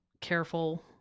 careful